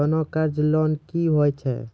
सोना कर्ज लोन क्या हैं?